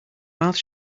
mouth